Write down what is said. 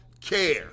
care